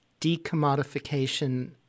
decommodification